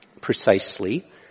precisely